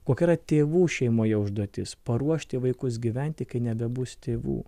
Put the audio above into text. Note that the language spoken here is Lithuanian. kokie yra tėvų šeimoje užduotis paruošti vaikus gyventi kai nebebus tėvų